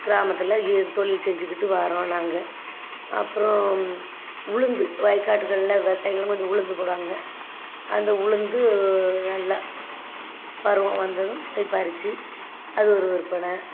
கிராமத்தில் தொழில் செஞ்சுக்கிட்டு வரோம் நாங்கள் அப்புறம் உளுந்து வயல்காட்டுகள்ல விவசாயிகளும் கொஞ்சம் உளுந்து போடுவாங்க அந்த உளுந்து நல்லா பருவம் வந்ததும் போய் பறித்து அது ஒரு விற்பனை